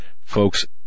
folks